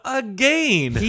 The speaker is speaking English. again